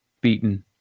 beaten